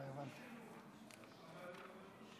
זיכרונו לברכה,